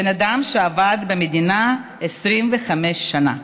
בן אדם שעבד במדינה 25 שנה.